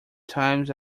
times